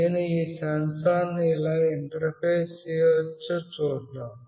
నేను ఈ సెన్సార్ను ఎలా ఇంటర్ఫేస్ చేయవచ్చో చూద్దాం